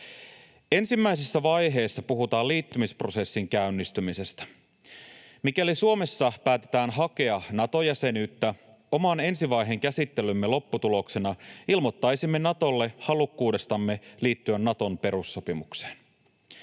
Ensimmäisessä vaiheessa puhutaan liittymisprosessin käynnistymisestä. Mikäli Suomessa päätetään hakea Nato-jäsenyyttä oman ensi vaiheen käsittelymme lopputuloksena, ilmoittaisimme Natolle halukkuudestamme liittyä Naton perussopimukseen.